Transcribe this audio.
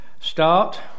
start